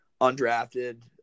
Undrafted